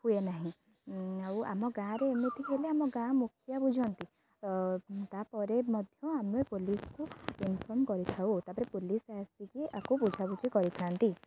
ହୁଏ ନାହିଁ ଆଉ ଆମ ଗାଁରେ ଏମିତି ହେଲେ ଆମ ଗାଁ ମୁଖିଆ ବୁଝନ୍ତି ତାପରେ ମଧ୍ୟ ଆମେ ପୋଲିସକୁ ଇନଫର୍ମ କରିଥାଉ ତାପରେ ପୋଲିସ ଆସିକି ଆକୁ ବୁଝାବୁଝି କରିଥାନ୍ତି